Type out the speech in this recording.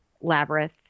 labyrinth